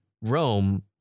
rome